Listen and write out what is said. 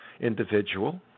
individual